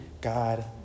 God